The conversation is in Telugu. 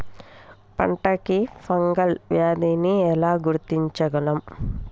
పంట కి ఫంగల్ వ్యాధి ని ఎలా గుర్తించగలం?